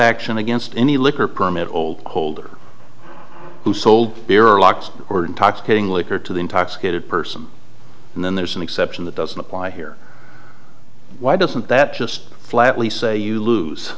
action against any liquor permit old holder who sold beer or locks or intoxicating liquor to the intoxicated person and then there's an exception that doesn't apply here why doesn't that just flatly say you lose